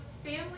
family